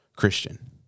Christian